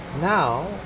Now